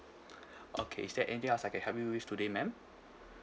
okay is there anything else I can help you with today ma'am